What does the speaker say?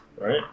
right